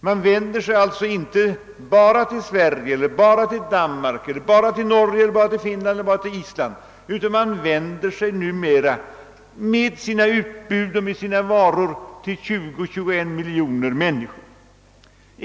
Man vänder sig nu inte längre bara till Sverige, Danmark, Norge, Finland eller Island, utan man vänder sig med sina utbud och varor till 20 å 21 miljoner människor.